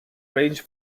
range